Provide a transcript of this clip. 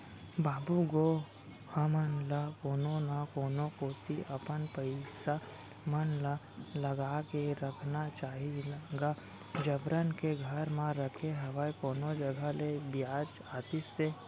बाबू गो हमन ल कोनो न कोनो कोती अपन पइसा मन ल लगा के रखना चाही गा जबरन के घर म रखे हवय कोनो जघा ले बियाज आतिस ते